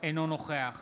אינו נוכח